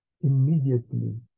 immediately